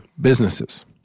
businesses